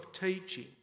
teaching